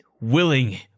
Willing